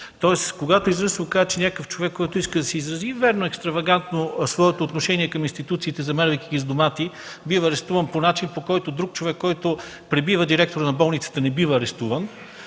се окаже, че някакъв човек иска да изрази, вярно – екстравагантно, своето отношение към институциите, замервайки ги с домати, бива арестуван по начин, по който друг човек, който пребива директора на болницата, не бива арестуван